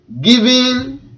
Giving